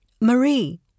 Marie